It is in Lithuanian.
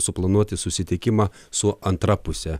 suplanuoti susitikimą su antra puse